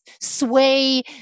sway